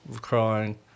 crying